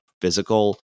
physical